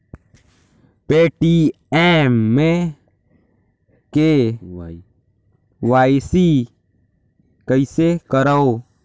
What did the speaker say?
Paytm मे KYC कइसे करव?